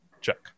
check